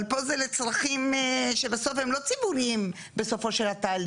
אבל פה זה לצרכים שבסוף הם לא ציבוריים בסופו של התהליך.